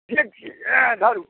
ए धरू